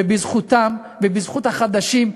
ובזכותם ובזכות החדשים,